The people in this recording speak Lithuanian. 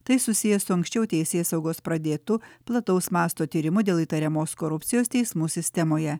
tai susiję su anksčiau teisėsaugos pradėtu plataus masto tyrimu dėl įtariamos korupcijos teismų sistemoje